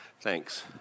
Thanks